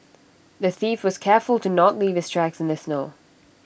the thief was careful to not leave his tracks in the snow